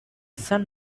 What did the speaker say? sun